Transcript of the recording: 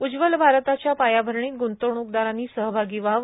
उज्वल आरताच्या पायाअरणीत गृंतवणुकदारांनी सहआगी व्हाव